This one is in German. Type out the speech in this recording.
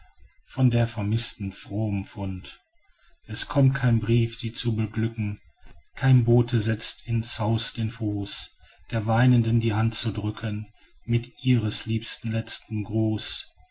von der vermißten frohem fund es kommt kein brief sie zu beglücken kein bote setzt ins haus den fuß der weinenden die hand zu drücken mit ihres liebsten letztem gruß